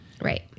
right